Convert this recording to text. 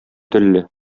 телле